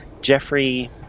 Jeffrey